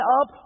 up